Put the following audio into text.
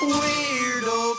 weirdo